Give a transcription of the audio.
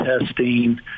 testing